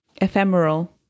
Ephemeral